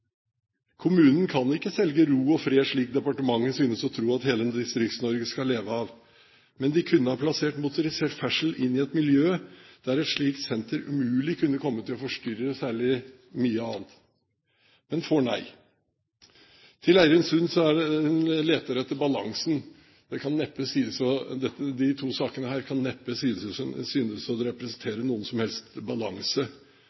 Kommunen kan ikke selge ro og fred, slik departementet synes å tro at hele Distrikts-Norge skal leve av. De kunne ha plassert motorisert ferdsel inn i et miljø der et slikt senter umulig kunne forstyrre særlig mye annet, men får nei. Til Eirin Sund: Hun leter etter balansen. Disse to sakene kan neppe synes å representere noen som helst balanse. Det